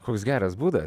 koks geras būdas